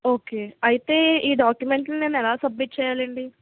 okay అయితే ఈ డాక్యుమెంట్లు నేనెలా సబ్మిట్ చెయ్యాలండి